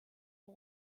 nom